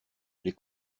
les